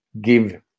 give